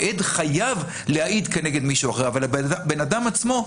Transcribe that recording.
העד חייב להעיד כנגד מישהו אחר אבל הבן אדם עצמו,